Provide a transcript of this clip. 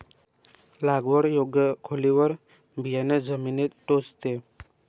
लागवड योग्य खोलीवर बियाणे जमिनीत टोचते